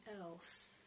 else